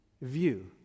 view